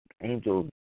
angel